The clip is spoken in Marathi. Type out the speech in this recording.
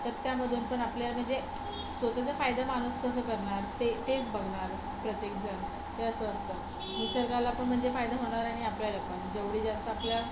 तर त्यामधून पण आपल्या म्हणजे स्वतःचा फायदा माणूस कसं करणार ते तेच बघणार प्रत्येकजण हे असं असतं निसर्गाला पण म्हणजे फायदा होणार आणि आपल्याला पण जेवढी जास्त आपल्या